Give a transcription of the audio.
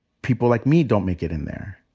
people like me don't make it in there.